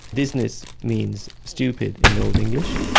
dizziness means stupid in old english,